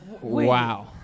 Wow